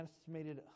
estimated